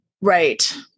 Right